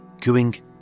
cooing